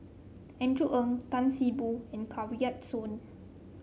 Andrew Ang Tan See Boo and Kanwaljit Soin